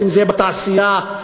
אם בתעשייה,